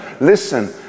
listen